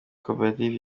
koperative